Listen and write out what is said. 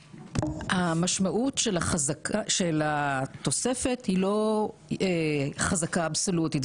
המשמעות של התוספת היא לא חזקה אבסולוטית.